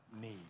need